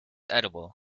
edible